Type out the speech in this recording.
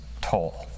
toll